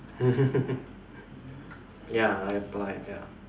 ya I applied ya